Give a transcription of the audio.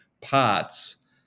parts